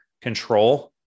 control